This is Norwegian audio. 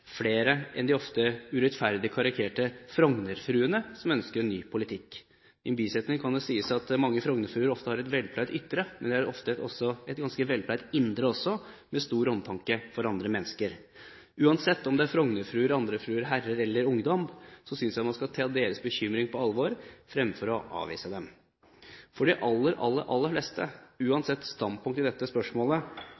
flere enn de ofte urettferdig karikerte Frogner-fruene som ønsker en ny politikk. I en bisetning kan det sies at mange Frogner-fruer ofte har et velpleid ytre, men de har svært ofte et velpleid indre også, med stor omtanke for andre mennesker. Uansett om det er Frogner-fruer eller andre fruer, herrer eller ungdom, synes jeg man skal ta deres bekymring på alvor, fremfor å avvise dem. For de aller fleste,